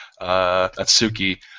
Atsuki